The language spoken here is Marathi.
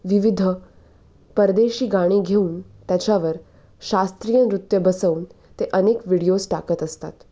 विविध परदेशी गाणी घेऊन त्याच्यावर शास्त्रीय नृत्य बसवून ते अनेक व्हिडिओज टाकत असतात